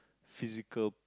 physical